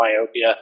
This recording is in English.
myopia